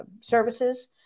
services